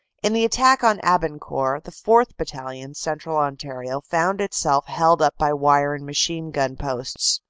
in the attack on i bancourt, the fourth. battalion, central ontario, found itself held up by wire and machine-gun posts.